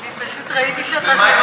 אני פשוט ראיתי שאתה שקוע,